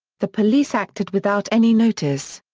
the police acted without any notice.